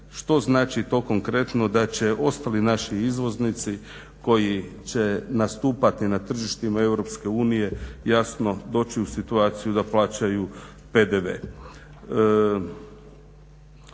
što znači to konkretno da će ostali naši izvoznici koji će nastupati na tržištima Europske unije jasno doći u situaciju da plaćaju PDV.